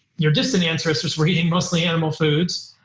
you're distant ancestors were eating mostly animal foods,